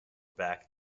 back